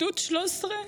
גדוד 13,